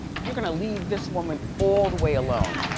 you're gonna leave this woman all the way alone.